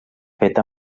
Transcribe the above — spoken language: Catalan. feta